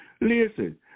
Listen